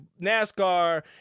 NASCAR